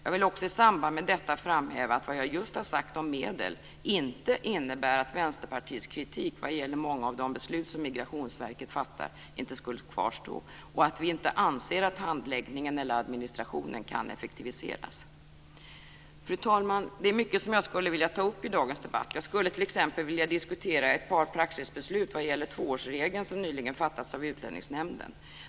Jag vill också i samband med detta framhäva att vad jag just sagt om medel inte innebär att Vänsterpartiets kritik vad gäller många av de beslut som Migrationsverket fattar inte skulle kvarstå och att vi inte skulle anse att handläggningen eller administrationen kan effektiviseras. Fru talman! Det är mycket som jag skulle vilja ta upp i dagens debatt. Jag skulle t.ex. vilja diskutera ett par praxisbeslut vad gäller tvåårsregeln som nyligen fattats av Utlänningsnämnden.